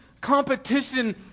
competition